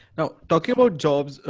now, don't worry about jobs.